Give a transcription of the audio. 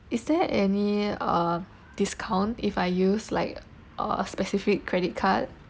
is there any uh discount if I use like a specific credit card